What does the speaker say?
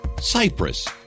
Cyprus